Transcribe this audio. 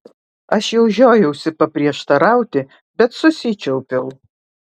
aš jau žiojausi paprieštarauti bet susičiaupiau